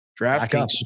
DraftKings